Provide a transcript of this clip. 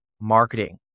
marketing